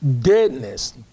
deadness